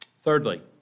Thirdly